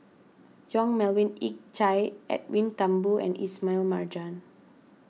Yong Melvin Yik Chye Edwin Thumboo and Ismail Marjan